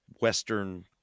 western